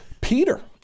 Peter